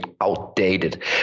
outdated